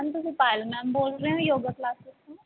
ma'am ਤੁਸੀਂ Payal ma'am ਬੋਲ ਰਹੇ ਓ ਯੋਗਾ ਕਲਾਸਿਸ ਤੋਂ